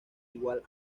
igual